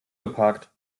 geparkt